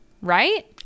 right